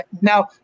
Now